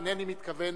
אינני מתכוון